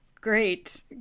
Great